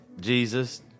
Jesus